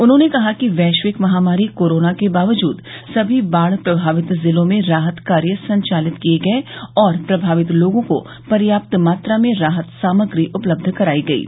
उन्होंने कहा कि वैश्विक महामारी कोरोना के बावजूद सभी बाढ़ प्रभावित जिलों में राहत कार्य संचालित किये गये और प्रभावित लोगों को पर्याप्त मात्रा में राहत सामग्री उपलब्ध कराई गयी